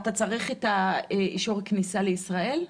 אתה צריך את אישור הכניסה לישראל?